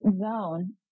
zone